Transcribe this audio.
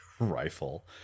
rifle